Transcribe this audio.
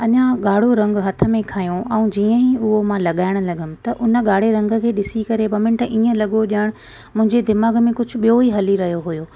अञा ॻाड़ो रंग हथ में खयो ऐं जीअं ई उहा मां लॻाइण लॻियमि त हुन ॻाड़े रंग खे ॾिसी करे ॿ मिन्ट इअं लॻो ॼण मुंहिंजे दिमाग़ में कुझु ॿियो ई हली रहियो हुओ